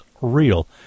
Real